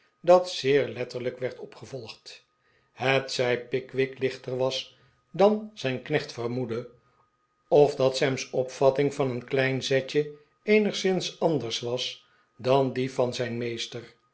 dat zeer ietterlijk werd opgevolgd hetzij pickwick lichter was dan zijn knecht vermoedde of dat sam's opvatting van een klein zetje eenigszins anders was dan die van zijnmeester